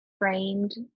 framed